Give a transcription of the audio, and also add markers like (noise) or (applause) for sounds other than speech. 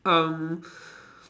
um (breath)